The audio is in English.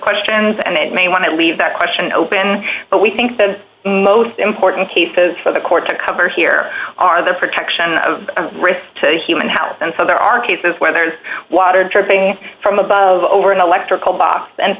questions and may want to leave that question open but we think the most important cases for the court to cover here are the protection of a risk to human health and so there are cases where there is water dripping from above over an electrical box and